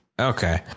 Okay